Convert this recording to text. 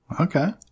Okay